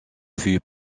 fut